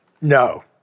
No